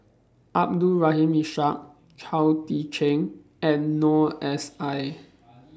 Abdul Rahim Ishak Chao Tzee Cheng and Noor S I